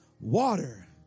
Water